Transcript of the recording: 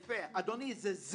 אדוני, זה-זה.